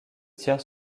tiers